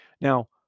Now